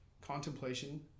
contemplation